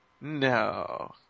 no